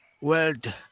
world